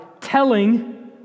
telling